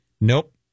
Nope